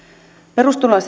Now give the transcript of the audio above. perustuloa